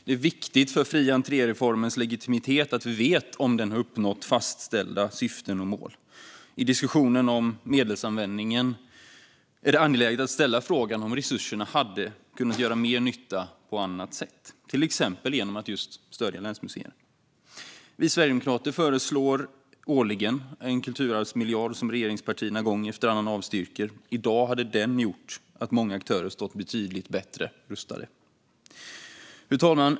Det är viktigt för fri entré-reformens legitimitet att vi vet om den uppnått fastställda syften och mål. I diskussionen om medelsanvändningen är det angeläget att ställa frågan om resurserna hade kunnat göra mer nytta på annat sätt, till exempel genom att stödja länsmuseerna. Vi sverigedemokrater föreslår årligen en kulturarvsmiljard, som regeringspartierna gång efter annan avstyrker. I dag hade den gjort att många aktörer stått betydligt bättre rustade. Fru talman!